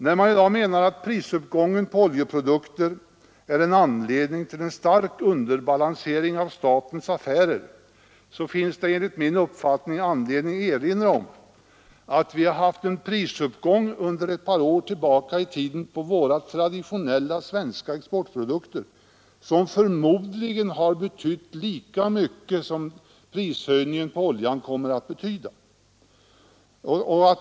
När man i dag menar att prisuppgången på oljeprodukter är en anledning till en stark underbalansering av statens affärer, så finns det enligt min uppfattning skäl att erinra om den prisuppgång ett par år tillbaka i tiden som inträffat på traditionella svenska exportprodukter och som förmodligen betytt lika mycket för exporten som oljeprishöjningen för importen nu kommer att betyda.